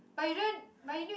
but you don't buy a new